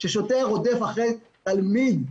ששוטר רודף אחרי תלמיד,